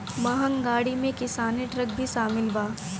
महँग गाड़ी में किसानी ट्रक भी शामिल बा